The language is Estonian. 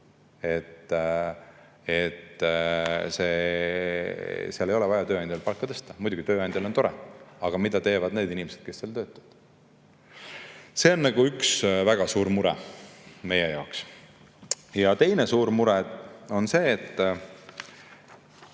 et seal ei ole tööandjal vaja palka tõsta. Muidugi, tööandjal on tore, aga mida teevad need inimesed, kes seal töötavad? See on väga suur mure meie jaoks. Teine suur mure on see, et